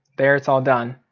there it's all done.